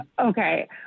Okay